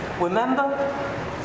Remember